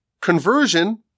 conversion